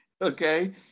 okay